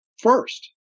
first